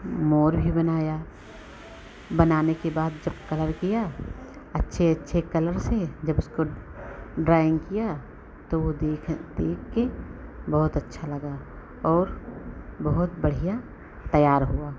मोर भी बनाया बनाने के बाद जब कलर किया अच्छे अच्छे कलर से जब उसको ड्राइंग किया तो वह देख देखकर बहुत अच्छा लगा और बहुत बढ़िया तैयार हुआ